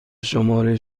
شماره